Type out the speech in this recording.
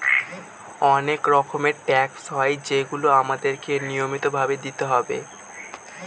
অনেক রকমের ট্যাক্স হয় যেগুলো আমাদেরকে নিয়মিত ভাবে দিতে হয়